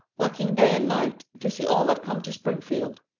working day and night, to see all that come to springfield.